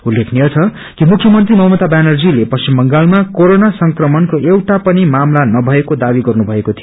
उल्लेखनीय छ कि मुख्यमंत्री ममता व्यानर्जीले पश्चिम बंगालमा कोरोना संक्रमणको एउटा पनिमामला नभएको दावी गर्नु भएको छ